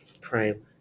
Prime